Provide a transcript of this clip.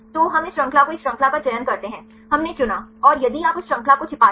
तो हम इस श्रृंखला को एक श्रृंखला का चयन करते हैं हमने चुना और यदि आप उस श्रृंखला को छिपाते हैं